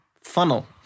funnel